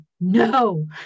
no